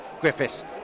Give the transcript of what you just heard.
Griffiths